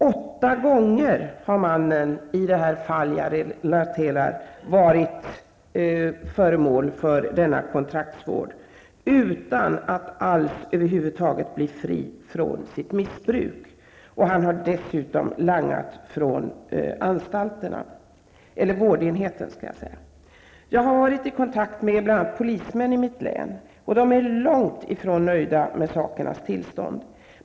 Åtta gånger har mannen i det fall jag relaterar varit föremål för denna kontraktsvård utan att över huvud taget bli fri från sitt missbruk. Han har dessutom langat från vårdenheten. Jag har varit i kontakt med bl.a. polismän i mitt län, och de är långt ifrån nöjda med sakernas tillstånd.